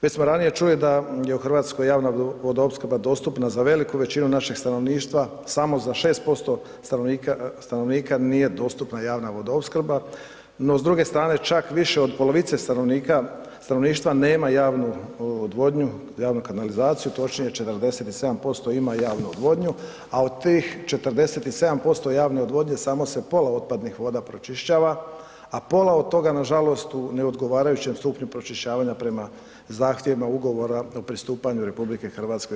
Već smo ranije čuli da je u Hrvatskoj javna vodoopskrba dostupna za veliku većinu našeg stanovništva, samo za 6% stanovnika nije dostupna javna vodoopskrba no s druge strane čak više od polovice stanovništva nema javnu odvodnju, javnu kanalizaciju točnije 47% ima javnu odvodnju, a od tih 47% javne odvodnje samo se pola otpadnih voda pročišćava, a pola od toga nažalost u neodgovarajućem stupnju pročišćavanja prema zahtjevima ugovora o pristupanju RH EU.